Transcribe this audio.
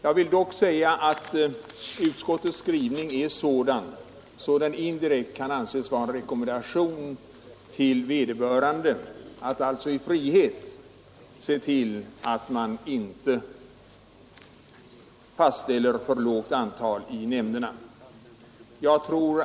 Jag vill emellertid gärna medge att utskottets skrivning är sådan att den indirekt kan anses vara en rekommendation till kommunerna att frivilligt se till att man inte får för lågt antal ledamöter i nämnderna.